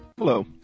Hello